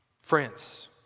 Friends